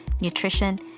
nutrition